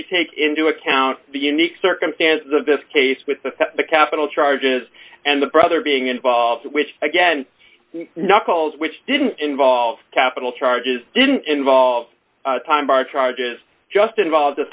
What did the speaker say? you take into account the unique circumstances of this case with the capital charges and the brother being involved which again not calls which didn't involve capital charges didn't involve time bar charges just involved a